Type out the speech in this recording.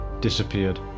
disappeared